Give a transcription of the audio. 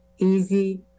easy